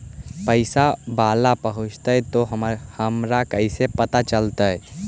पैसा बाला पहूंचतै तौ हमरा कैसे पता चलतै?